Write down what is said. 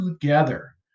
together